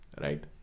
right